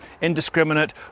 indiscriminate